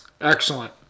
Excellent